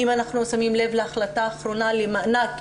אם אנחנו שמים לב להחלטה האחרונה למענק